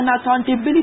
accountability